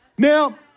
Now